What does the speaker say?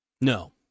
No